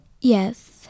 Yes